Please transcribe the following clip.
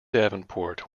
davenport